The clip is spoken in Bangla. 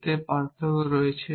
এতে পার্থক্য রয়েছে